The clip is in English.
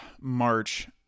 March